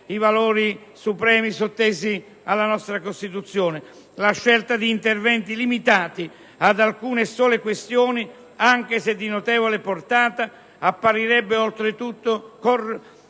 i valori supremi sottesi alla nostra Costituzione. La scelta di interventi limitati ad alcune questioni, anche se di notevole portata, apparirebbe oltretutto conforme